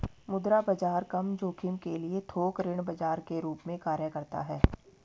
मुद्रा बाजार कम जोखिम के लिए थोक ऋण बाजार के रूप में कार्य करता हैं